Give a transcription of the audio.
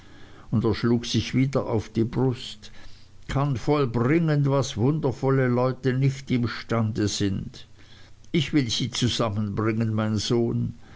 und er schlug sich wieder auf die brust kann vollbringen was wundervolle leute nicht imstande sind ich will sie zusammenbringen mein sohn